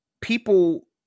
people